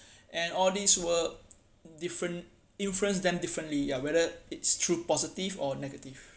and all these work different influenced them differently ya whether it's through positive or negative